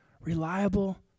reliable